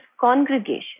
congregation